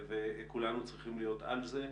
וכולנו צריכים להיות על זה.